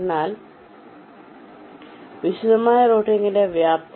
ഇതാണ് വിശദമായ റൂട്ടിംഗിന്റെ വ്യാപ്തി